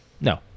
No